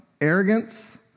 arrogance